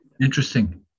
interesting